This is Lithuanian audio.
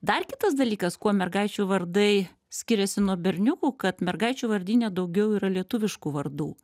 dar kitas dalykas kuo mergaičių vardai skiriasi nuo berniukų kad mergaičių vardyne daugiau yra lietuviškų vardų